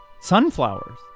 Sunflowers